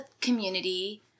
community